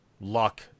luck